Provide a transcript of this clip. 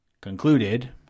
concluded